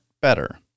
better